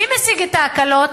מי משיג את ההקלות